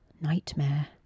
nightmare